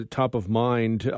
top-of-mind